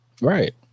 Right